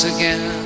again